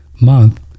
month